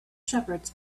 shepherds